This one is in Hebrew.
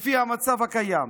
לפי המצב הקיים.